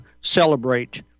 celebrate